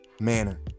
manner